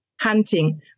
hunting